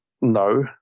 No